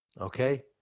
Okay